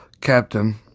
captain